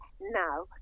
now